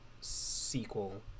sequel